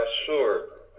sure